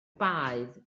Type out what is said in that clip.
baedd